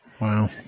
Wow